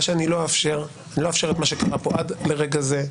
מה שאני לא אאפשר זה מה שקרה פה עד לרגע זה,